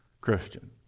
Christian